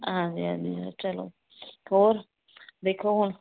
ਹਾਂਜੀ ਹਾਂਜੀ ਹਾਂ ਚਲੋ ਹੋਰ ਦੇਖੋ ਹੁਣ